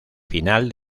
final